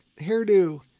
hairdo